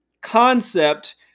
concept